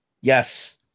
Yes